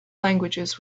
languages